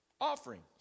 Offerings